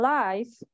life